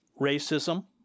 racism